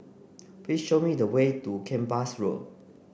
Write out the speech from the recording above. please show me the way to Kempas Road